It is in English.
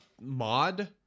mod